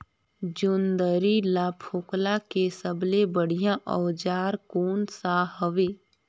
जोंदरी ला फोकला के सबले बढ़िया औजार कोन सा हवे?